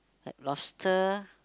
like lobster